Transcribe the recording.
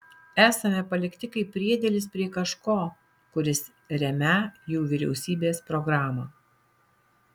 esame palikti kaip priedėlis prie kažko kuris remią jų vyriausybės programą